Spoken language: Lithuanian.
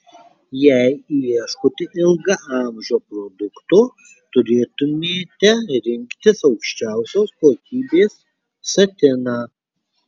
jei ieškote ilgaamžio produkto turėtumėte rinktis aukščiausios kokybės satiną